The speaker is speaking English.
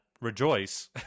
rejoice